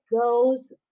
goes